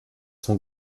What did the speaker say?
son